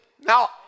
Now